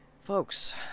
folks